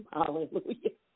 Hallelujah